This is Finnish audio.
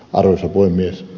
arvoisa puhemies